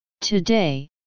Today